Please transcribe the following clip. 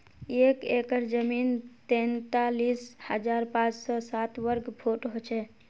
एक एकड़ जमीन तैंतालीस हजार पांच सौ साठ वर्ग फुट हो छे